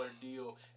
deal